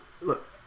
look